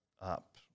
up